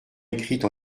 écrite